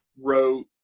wrote